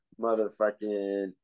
Motherfucking –